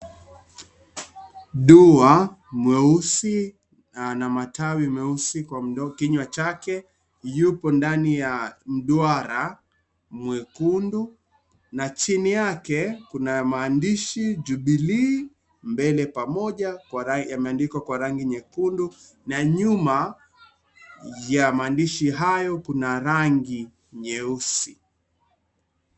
Dua mweusi ana matawi meusi kwa kinywa chake yupo ndani ya mduara mwekundu na chini yake kuna maandishi, Jubilee mbele pamoja yameandikwa kwa rangi nyekundu na nyuma ya maandishi hayo kuna rangi nyeu.si